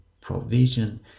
provision